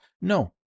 no